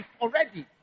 already